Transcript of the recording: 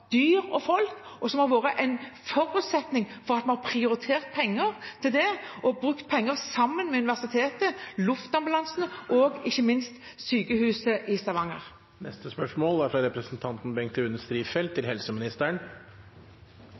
dyr og for folk – og som har vært en forutsetning for at vi har prioritert å bruke penger på det, sammen med universitetet, luftambulansen og ikke minst sykehuset i Stavanger.